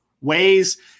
ways